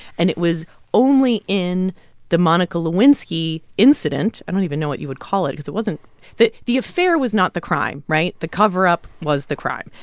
and it was only in the monica lewinsky incident i don't even know what you would call it because it wasn't the the affair was not the crime, right? the cover-up was the crime,